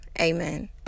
amen